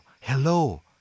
hello